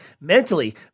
mentally